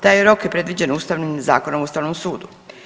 Taj rok je predviđen ustavnim zakonom o Ustavnom sudu.